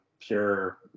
Pure